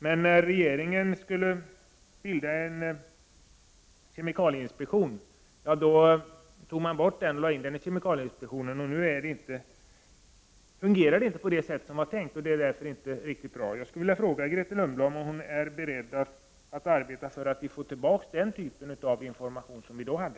Men regeringen skulle bilda en kemikalieinspektion, och då lade man in den informationen i kemikalieinspektionen. Nu fungerar det inte på det sätt som var tänkt, och det är därför inte riktigt bra. Jag skulle vilja fråga Grethe Lundblad om hon är beredd att arbeta för att vi får tillbaka den typ av information som vi då hade.